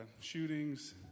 shootings